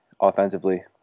offensively